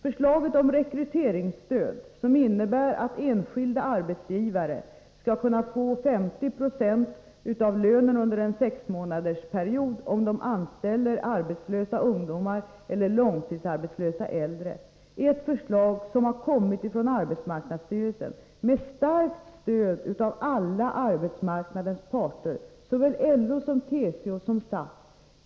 Förslaget om rekryteringsstöd, som innebär att enskilda arbetsgivare skall kunna få ersättning för 50 96 av lönen under en sexmånadersperiod om de anställer arbetslösa ungdomar eller långtidsarbetslösa äldre, har kommit från arbetsmarknadsstyrelsen med starkt stöd av alla arbetsmarknadens parter, såväl LO och TCO som SAF.